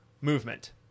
movement